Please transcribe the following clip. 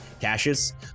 caches